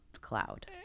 cloud